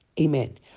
amen